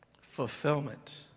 Fulfillment